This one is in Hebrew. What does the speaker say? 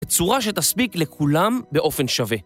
בצורה שתספיק לכולם באופן שווה.